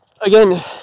Again